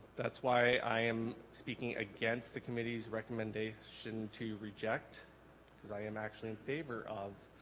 that's why i am speaking against the committee's recommendation to reject because i am actually in favor of